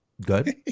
good